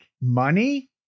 money